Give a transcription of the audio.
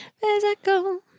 Physical